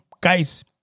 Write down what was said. guys